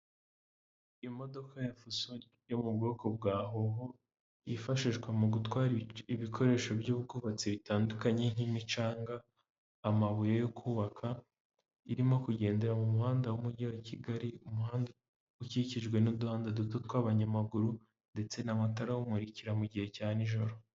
Imodoka ya fuso yo mu boko bwa hoho, yifashishwa mu gutwara ibikoresho by'ubwubatsi bitandukanye nk'imicanga, amabuye yo kubaka, irimo kugendera mu muhanda umwe ugera Kigali, umuhanda ukikijwe n'uduhanda duto tw'abanyamaguru ndetse n'amatara awumurikira mu gihe cya nijoro.